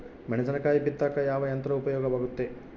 ಮೆಣಸಿನಕಾಯಿ ಬಿತ್ತಾಕ ಯಾವ ಯಂತ್ರ ಉಪಯೋಗವಾಗುತ್ತೆ?